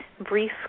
brief